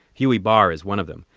huey barr is one of them,